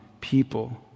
people